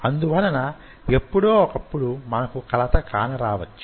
అందువలన ఎప్పుడో ఒకప్పుడు మనకు కలత కానరావొచ్చు